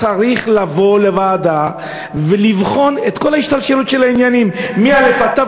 צריך לבוא לוועדה ולבחון את כל השתלשלות העניינים מא' ועד ת',